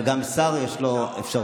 אבל גם שר, יש לו אפשרות.